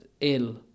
ill